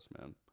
man